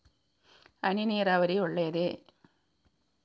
ಹನಿ ನೀರಾವರಿ ಒಳ್ಳೆಯದೇ?